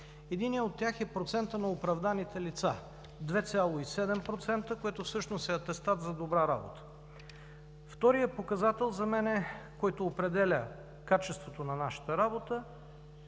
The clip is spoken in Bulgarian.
Единият от тях е процентът на оправданите лица – 2,7%, което всъщност е атестат за добра работа. Вторият показател за мен, който определя качеството на нашата работа,